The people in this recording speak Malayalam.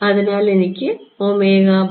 അതിനാൽ എനിക്ക് ഉണ്ട്